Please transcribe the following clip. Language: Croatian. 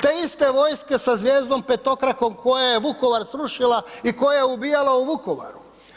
Te iste vojske za zvijezdom petokrakom koja je Vukovar srušila i koja je ubijala u Vukovaru?